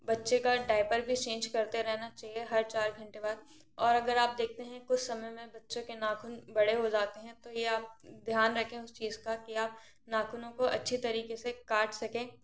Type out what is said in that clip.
बच्चे का डाईपर भी चेंज करता रहना चाहिए हर चार घंटे बाद और अगर आप देखते हैं कुछ समय में बच्चों के नाखून बड़े हो जाते हैं तो ये आप ध्यान रखें उस चीज का कि आप नाखूनों को अच्छी तरीके से काट सकें